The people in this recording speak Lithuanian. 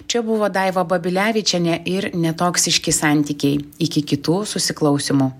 čia buvo daiva babilevičienė ir netoksiški santykiai iki kitų susiklausymų